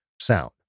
sound